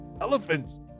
elephants